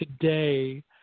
today